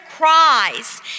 cries